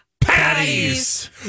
patties